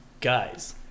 Guys